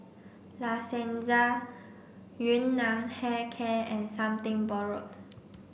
La Senza Yun Nam Hair Care and Something Borrowed